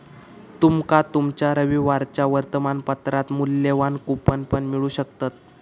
तुमका तुमच्या रविवारच्या वर्तमानपत्रात मुल्यवान कूपन पण मिळू शकतत